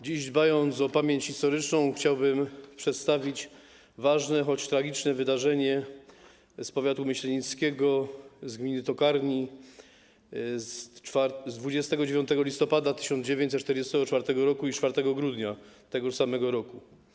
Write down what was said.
Dziś, dbając o pamięć historyczną, chciałbym przedstawić ważne, choć tragiczne wydarzenie z powiatu myślenickiego, z gminy Tokarnia z 29 listopada 1944 r. i 4 grudnia tegoż samego roku.